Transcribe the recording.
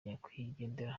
nyakwigendera